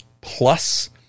plus